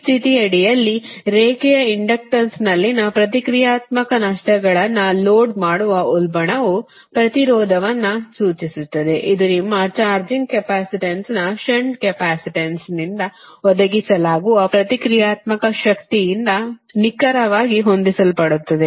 ಈ ಸ್ಥಿತಿಯಡಿಯಲ್ಲಿ ರೇಖೆಯ ಇಂಡಕ್ಟನ್ಸ್ನಲ್ಲಿನ ಪ್ರತಿಕ್ರಿಯಾತ್ಮಕ ನಷ್ಟಗಳನ್ನು ಲೋಡ್ ಮಾಡುವ ಉಲ್ಬಣವು ಪ್ರತಿರೋಧವನ್ನು ಸೂಚಿಸುತ್ತದೆ ಇದು ನಿಮ್ಮ ಚಾರ್ಜಿಂಗ್ ಕೆಪಾಸಿಟನ್ಸ್ನ ಷಂಟ್ ಕೆಪಾಸಿಟನ್ಸ್ನಿಂದ ಒದಗಿಸಲಾದ ಪ್ರತಿಕ್ರಿಯಾತ್ಮಕ ಶಕ್ತಿಯಿಂದ ನಿಖರವಾಗಿ ಹೊಂದಿಸಲ್ಪಡುತ್ತದೆ